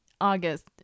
August